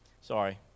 Sorry